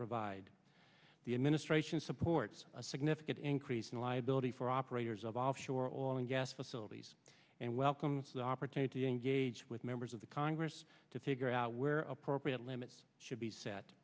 provide the administration supports a significant increase in liability for operators of offshore oil and gas facilities and welcomes the opportunity to engage with members of the congress to take her out where appropriate limits should be set